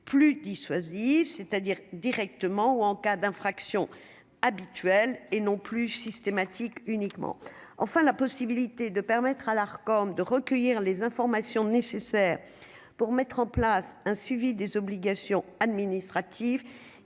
plus dissuasif, c'est-à-dire directement ou en cas d'infraction habituel et non plus systématique uniquement, enfin la possibilité de permettre à l'art comme de recueillir les informations nécessaires pour mettre en place un suivi des obligations administratives